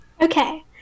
Okay